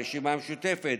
הרשימה המשותפת,